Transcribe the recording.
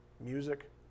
music